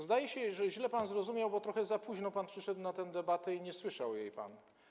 Zdaje się, że źle pan zrozumiał, bo trochę za późno pan przyszedł na tę debatę i nie słyszał jej pan.